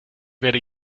werde